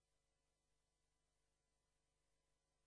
ולאן